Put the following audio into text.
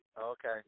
Okay